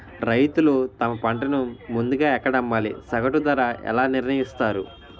రైతులు తమ పంటను ముందుగా ఎక్కడ అమ్మాలి? సగటు ధర ఎలా నిర్ణయిస్తారు?